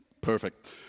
Perfect